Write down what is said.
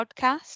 podcast